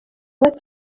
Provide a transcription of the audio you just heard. what